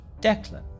Declan